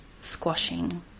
squashing